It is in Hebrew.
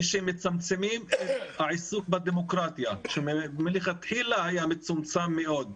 כשמצמצמים את העיסוק בדמוקרטיה שמלכתחילה היה מצומצם מאוד,